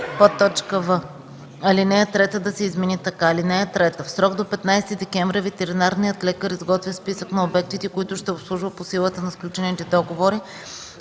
заличи; в) алинея 3 да се измени така: „(3) В срок до 15 декември ветеринарният лекар изготвя списък на обектите, които ще обслужва по силата на сключените договори.